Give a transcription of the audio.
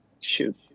shoot